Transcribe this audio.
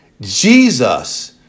Jesus